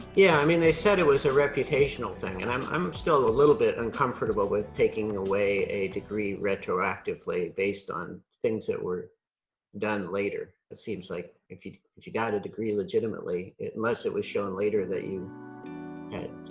yeah i mean they said it was a reputational thing and i'm i'm still a little bit uncomfortable with taking away a degree retroactively based on things that were done later. later. it seems like if you if you got a degree legitimately unless it was shown later that you had